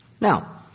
Now